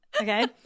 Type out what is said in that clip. Okay